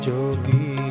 Jogi